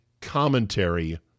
commentary